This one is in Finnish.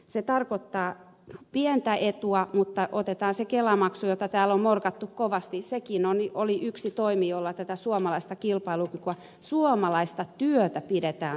se tarkoittaa pientä etua mutta se kelamaksu jota täällä on morkattu kovasti sekin oli yksi toimi jolla tätä suomalaista kilpailukykyä lisätään suomalaista työtä pidetään suomessa